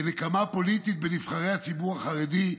כנקמה פוליטית בנבחרי הציבור החרדי,